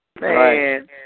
Man